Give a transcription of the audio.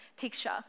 picture